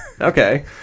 Okay